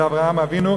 זה אברהם אבינו,